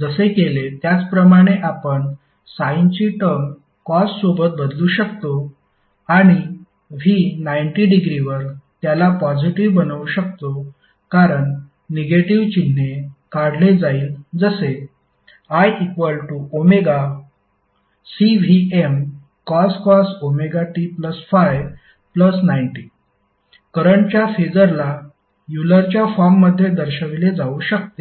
जसे केले त्याप्रमाणे आपण साइनची टर्म कॉस सोबत बदलू शकतो आणि V 90 डिग्रीवर त्याला पॉजिटीव्ह बनवू शकतो कारण निगेटिव्ह चिन्हे काढले जाईल जसे iωCVmcos ωt∅90 करंटच्या फेसरला यूलरच्या फॉर्ममध्ये दर्शवले जाऊ शकते